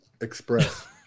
Express